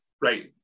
right